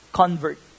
convert